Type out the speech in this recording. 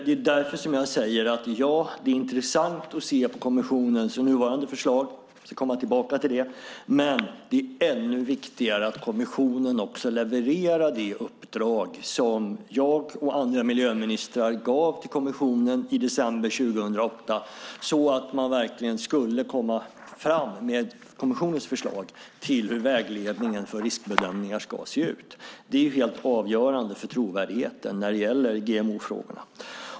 Det är därför som jag säger: Ja, det är intressant att se på kommissionens nuvarande förslag - vi ska komma tillbaka till det - men det är ännu viktigare att kommissionen också levererar i fråga om det uppdrag som jag och andra miljöministrar gav till kommissionen i december 2008 för att man verkligen skulle komma fram med kommissionens förslag till hur vägledningen för riskbedömningar ska se ut. Det är helt avgörande för trovärdigheten när det gäller GMO-frågorna.